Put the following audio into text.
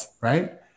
right